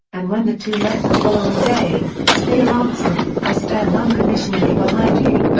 and when the two met the following day, speer answered, i stand unconditionally behind you.